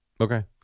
Okay